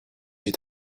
you